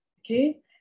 Okay